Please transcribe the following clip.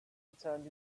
return